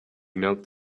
knelt